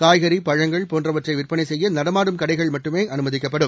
காய்கறி பழங்கள் போன்றவற்றை விற்பனை செய்ய நடமாடும் கடைகள் மட்டுமே அனுமதிக்கப்படும்